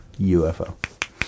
UFO